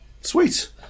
sweet